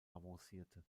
avancierte